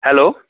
hello